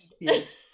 Yes